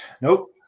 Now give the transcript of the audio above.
Nope